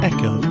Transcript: Echo